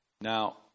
Now